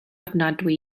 ofnadwy